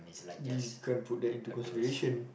they can put that into consideration